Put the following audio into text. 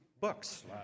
books